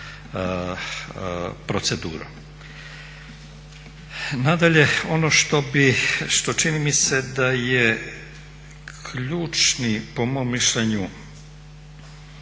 procedurom. Nadalje, ono što bih, što čini mi se da je ključni po mom mišljenju